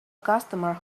customer